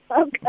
Okay